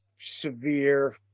severe